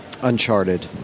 Uncharted